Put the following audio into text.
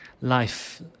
life